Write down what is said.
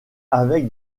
avec